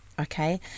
Okay